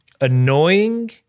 annoying